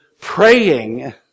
praying